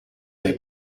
they